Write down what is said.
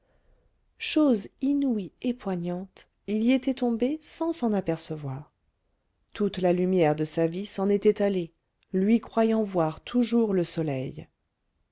chose inouïe et poignante il y était tombé sans s'en apercevoir toute la lumière de sa vie s'en était allée lui croyant voir toujours le soleil